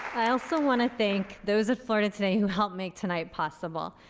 i also want to thank those at florida today who helped make tonight possible.